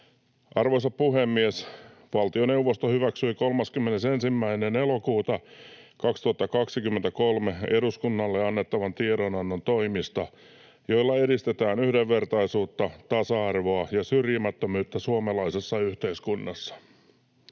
Arvoisa puhemies! Valtioneuvosto hyväksyi 31. elokuuta 2023 eduskunnalle annettavan tiedonannon toimista, joilla edistetään yhdenvertaisuutta, tasa-arvoa ja syrjimättömyyttä suomalaisessa yhteiskunnassa.